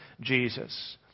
Jesus